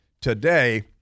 Today